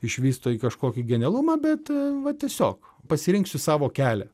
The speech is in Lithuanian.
išvysto į kažkokį genialumą bet vat tiesiog pasirinksiu savo kelią